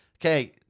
okay